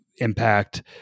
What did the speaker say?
impact